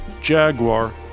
Jaguar